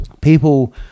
people